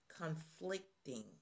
conflicting